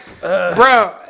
bro